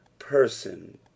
person